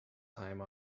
time